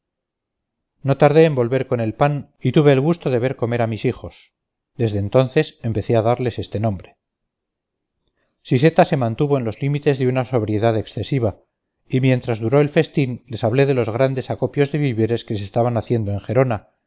no tardé en volver con el pan y tuve el gusto de ver comer a mis hijos desde entonces empecé a darles este nombre siseta se mantuvo en los límites de una sobriedad excesiva y mientras duró el festín les hablé de los grandes acopios de víveres que se estaban haciendo en gerona